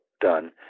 done